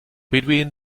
between